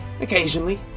occasionally